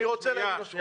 אני רוצה להגיד משהו.